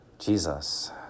Jesus